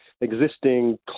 existing